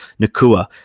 Nakua